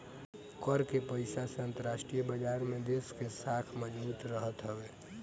कर के पईसा से अंतरराष्ट्रीय बाजार में देस के साख मजबूत रहत हवे